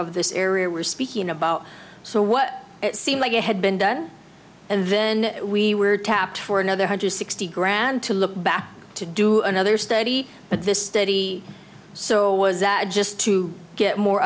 of this area we're speaking about so what it seemed like it had been done and then we were tapped for another hundred sixty grand to look back to do another study but this study so was just to get more